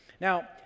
Now